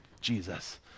Jesus